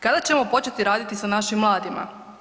Kada ćemo početi raditi s našim mladima?